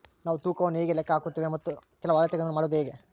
ನಾವು ತೂಕವನ್ನು ಹೇಗೆ ಲೆಕ್ಕ ಹಾಕುತ್ತೇವೆ ಮತ್ತು ಕೆಲವು ಅಳತೆಗಳನ್ನು ಮಾಡುವುದು ಹೇಗೆ?